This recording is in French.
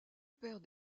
père